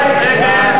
נגד?